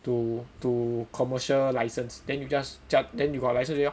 to to commercial license then you just then you got license already lor